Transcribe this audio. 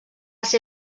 ser